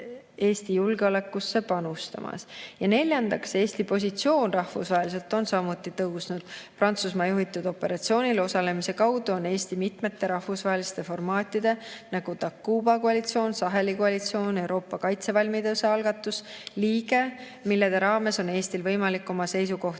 Eesti julgeolekusse panustamas. Ja neljandaks, Eesti positsioon rahvusvaheliselt on samuti tõusnud. Prantsusmaa juhitud operatsioonil osalemise kaudu on Eesti mitmete rahvusvaheliste formaatide liige, nagu Takuba koalitsioon, Saheli koalitsioon ja Euroopa kaitsevalmiduse algatus, mille raames on Eestil võimalik oma seisukohti